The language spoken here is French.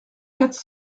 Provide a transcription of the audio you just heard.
quatre